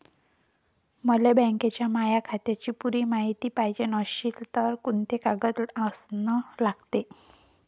मले बँकेच्या माया खात्याची पुरी मायती पायजे अशील तर कुंते कागद अन लागन?